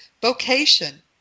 vocation